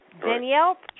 Danielle